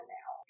now